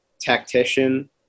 tactician